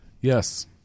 yes